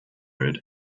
road